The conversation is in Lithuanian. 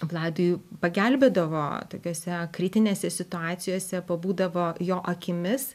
vladui pagelbėdavo tokiose kritinėse situacijose pabūdavo jo akimis